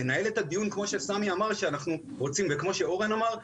לנהל את הדיון כפי שסמי אמר שאנחנו רוצים וכפי שאורן אמר,